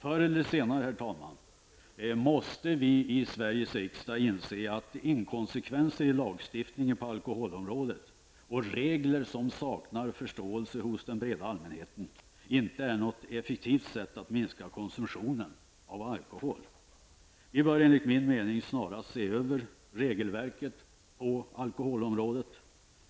Förr eller senare måste vi i Sveriges riksdag inse att inkonsekvenser i lagstiftningen på alkoholområdet och regler som saknar förståelse hos den breda allmänheten inte är något effektivt sätt att minska konsumtionen av alkohol. Vi bör enligt min mening snarast se över regelverket på alkoholområdet.